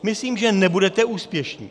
Myslím, že nebudete úspěšní.